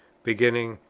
beginning,